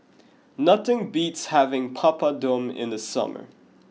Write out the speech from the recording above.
nothing beats having Papadum in the summer